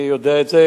אני יודע את זה,